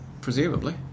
presumably